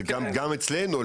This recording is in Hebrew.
גם אצלנו,